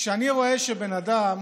כשאני רואה שבן אדם